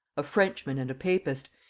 a frenchman and a papist,